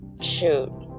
shoot